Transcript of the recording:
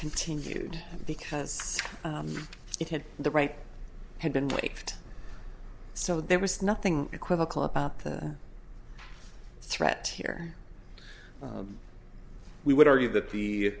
continued because it had the right had been waived so there was nothing equivocal about the threat here we would argue that the